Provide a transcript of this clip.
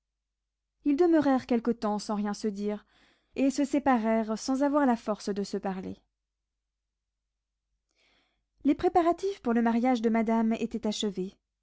ils demeurèrent quelque temps sans se rien dire et se séparèrent sans avoir la force de se parler les préparatifs pour le mariage de madame étaient achevés